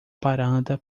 parada